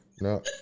No